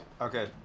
Okay